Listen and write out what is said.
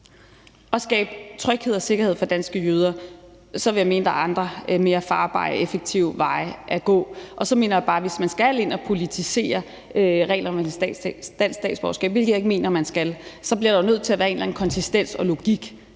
og skabe tryghed og sikkerhed for danske jøder, vil jeg mene, der er andre mere farbare og effektive veje at gå, og så mener jeg bare, at hvis man skal ind at politisere reglerne om dansk statsborgerskab, hvilket jeg ikke mener man skal, bliver der nødt til at være en eller anden konsistens og logik